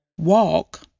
walk